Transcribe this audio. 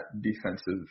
defensive